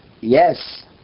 yes